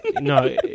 no